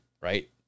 right